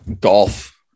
golf